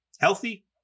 Healthy